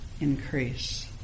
increase